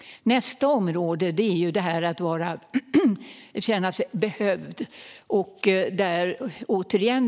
Nästa område som jag vill ta upp är det här med att känna sig behövd.